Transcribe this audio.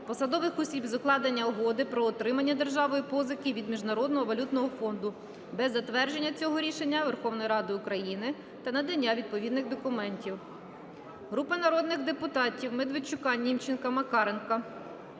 посадових осіб з укладення Угоди про отримання державою позики від Міжнародного валютного фонду без затвердження цього рішення Верховною Радою України та надання відповідних документів. Групи народних депутатів (Медведчука, Німченка, Макаренка)